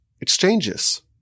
exchanges